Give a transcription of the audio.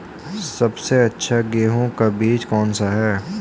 सबसे अच्छा गेहूँ का बीज कौन सा है?